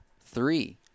three